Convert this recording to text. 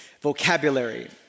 vocabulary